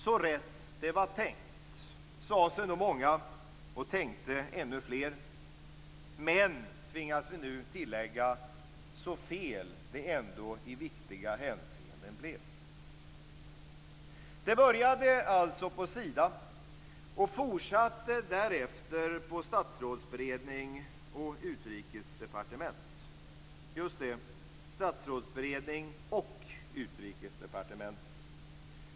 Så rätt det var tänkt, sade sig nog många och tänkte ännu fler. Men, tvingas vi nu tillägga, så fel det ändå i viktiga hänseenden blev. Det började alltså på Sida och fortsatte därefter på statsrådsberedning och utrikesdepartement - just det: statsrådsberedning och utrikesdepartement.